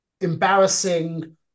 embarrassing